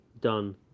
done